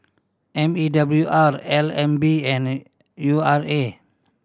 M E W R L N B and U R A